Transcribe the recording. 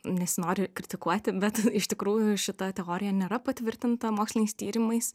nesinori kritikuoti bet iš tikrųjų šita teorija nėra patvirtinta moksliniais tyrimais